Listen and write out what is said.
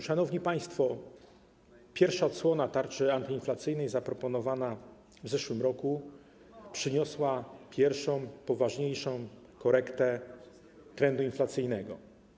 Szanowni państwo, pierwsza odsłona tarczy antyinflacyjnej zaproponowana w zeszłym roku przyniosła pierwszą poważniejszą korektę trendu inflacyjnego.